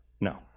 no